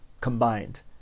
combined